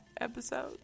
episode